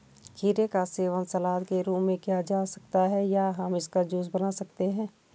खीरे का सेवन सलाद के रूप में किया जा सकता है या हम इसका जूस बना सकते हैं